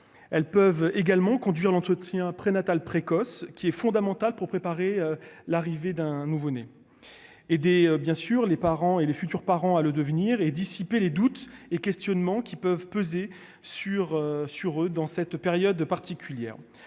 elles peuvent également conduire l'entretien prénatal précoce qui est fondamental pour préparer l'arrivée d'un nouveau né et des bien sûr les parents et les futurs parents à le devenir et dissiper les doutes et questionnements qui peuvent peser sur sur eux dans cette période particulière